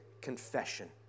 confession